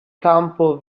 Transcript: campo